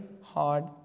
hard